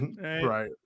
Right